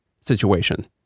situation